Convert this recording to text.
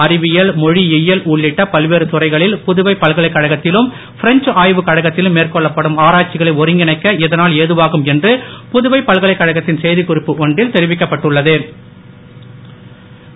அறிவியல் மொழியியல் உள்ளிட்ட பல்வேறு துறைகளில் புதுவை பல்கலைக்கழகத்திலும் பிரெஞ்ச ஆய்வுக் கழகத்திலும் மேற்கொள்ளப்படும் ஆராய்ச்சிகளை ஒருங்கிணைக்க இதனால் ஏதுவாகும் என்று புதுவை பல்கலைக்கழகத்தின் செய்தி குறிப்பு ஒன்றில் தெரிவிக்கப்பட்டுள்ள து